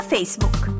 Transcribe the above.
Facebook